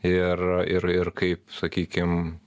iir ir ir kaip sakykim